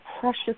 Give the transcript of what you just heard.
precious